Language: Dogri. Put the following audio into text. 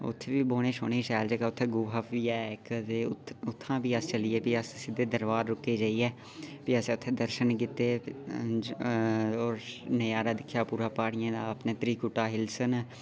उत्थैं बी बौह्ने दी शैल जगह् ऐ उत्थां दा फ्ही अस चलिये सीशे दरबार रुके जेइये फ्ही असैं उत्थैं दर्शन कीते होर नज़ारा दिक्खेआ पूरा प्हाडियें दा त्रिकुटा हिल्स न